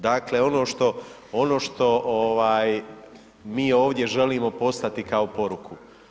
Dakle, ono što mi ovdje želimo poslati kao poruku.